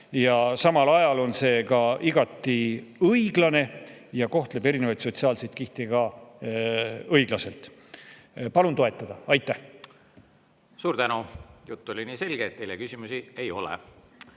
ja samal ajal on see ka igati õiglane, kohtleb erinevaid sotsiaalseid kihte õiglaselt. Palun toetada! Aitäh! Suur tänu. Jutt oli nii selge, et teile küsimusi ei ole.